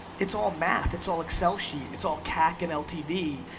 it's all math, it's all excel sheet, it's all cac and ltv.